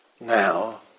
now